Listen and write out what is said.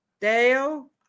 Dale